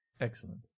Excellent